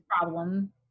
problem